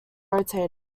rotated